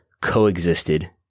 coexisted